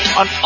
on